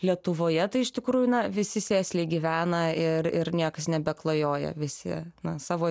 lietuvoje tai iš tikrųjų na visi sėsliai gyvena ir ir niekas nebeklajoja visi na savo